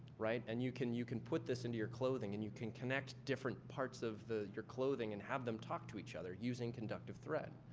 right? and you can you can put this into your clothing. and you can connect different parts of your clothing and have them talk to each other using conductive thread.